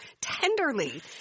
tenderly